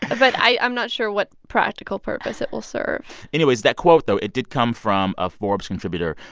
but i'm not sure what practical purpose it will serve anyways, that quote, though it did come from a forbes contributor,